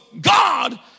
God